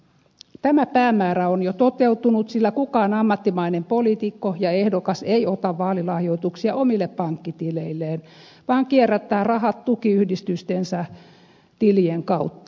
tämä päämäärä on jo toteutunut sillä kukaan ammattimainen poliitikko ja ehdokas ei ota vaalilahjoituksia omille pankkitileilleen vaan kierrättää rahat tukiyhdistystensä tilien kautta